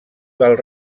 del